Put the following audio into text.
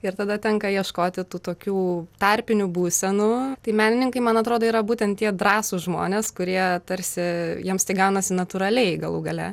ir tada tenka ieškoti tų tokių tarpinių būsenų tai menininkai man atrodo yra būtent tie drąsūs žmonės kurie tarsi jiems tai gaunasi natūraliai galų gale